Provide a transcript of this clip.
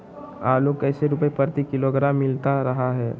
आलू कैसे रुपए प्रति किलोग्राम मिलता रहा है?